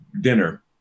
dinner